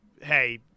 hey